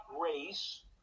race